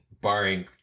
barring